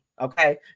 Okay